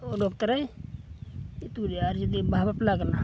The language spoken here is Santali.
ᱚᱰᱳᱠ ᱛᱚᱨᱟᱭ ᱤᱛᱩᱫᱮᱭᱟ ᱟᱨ ᱡᱩᱫᱤ ᱵᱟᱦᱟ ᱵᱟᱯᱞᱟ ᱠᱟᱱᱟ